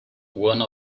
one